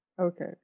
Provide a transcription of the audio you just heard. okay